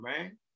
man